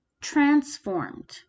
transformed